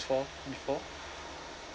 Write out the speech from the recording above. for before